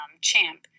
champ